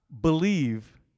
believe